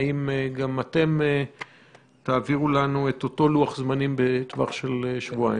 האם גם אתם תעבירו לנו את אותו לוח-זמנים בטווח של שבועיים?